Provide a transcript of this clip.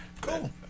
cool